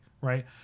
right